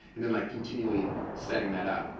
and then like continually setting that up.